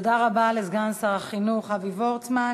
תודה רבה לסגן שר החינוך אבי וורצמן.